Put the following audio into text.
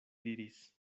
diris